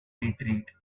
retreat